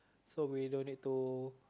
so we don't need to